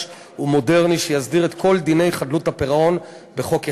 ומודרני שיסדיר את כל דיני חדלות הפירעון בחוק אחד.